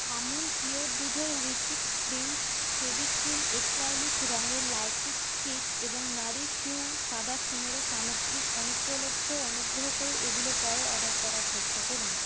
আমূল pure দুধের whipped cream Fevicryl acrylic রঙের lilac kit এবং নাারিশ ইউ সাদা কিনোয়া সামগ্রিক অনুপলব্ধ অনুগ্রহ করে এগুলো পরে অর্ডার করার চেষ্টা করুন